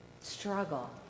struggle